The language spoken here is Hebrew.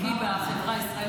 בחברה הישראלית,